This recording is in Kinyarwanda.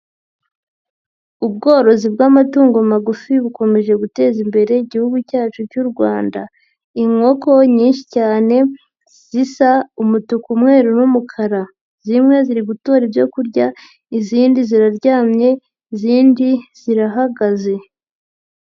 Ubworozi bw'amatungo magufi bukomeje guteza imbere Igihugu cyacu cy'u Rwanda, inkoko nyinshi cyane zisa umutuku, umweru n'umukara zimwe ziri gutora ibyo kurya, izindi ziraryamye, izindi zirahagaze.